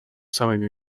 самыми